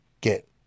get